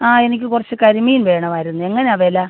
ആ എനിക്ക് കുറച്ച് കരിമീൻ വേണമായിരുന്നു എങ്ങനാണ് വില